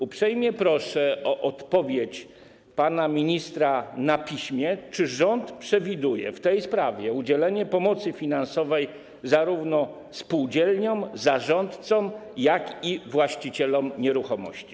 Uprzejmie proszę o odpowiedź pana ministra na piśmie na pytanie: Czy rząd przewiduje w tej sprawie udzielenie pomocy finansowej zarówno spółdzielniom, zarządcom, jak i właścicielom nieruchomości?